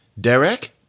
Derek